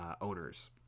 owners